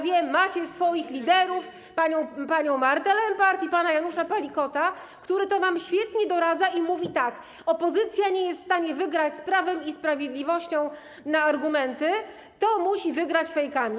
Wiem: macie swoich liderów, panią Martę Lempart i pana Janusza Palikota, który to wam świetnie doradza, i mówi, że opozycja nie jest w stanie wygrać z Prawem i Sprawiedliwością na argumenty, to musi wygrać fejkami.